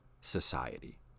society